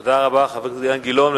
תודה רבה, חבר הכנסת אילן גילאון.